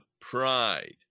pride